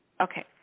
Okay